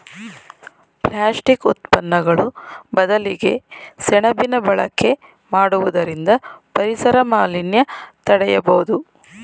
plastic ಉತ್ಪನ್ನಗಳು ಬದಲಿಗೆ ಸೆಣಬಿನ ಬಳಕೆ ಮಾಡುವುದರಿಂದ ಪರಿಸರ ಮಾಲಿನ್ಯ ತಡೆಯಬೋದು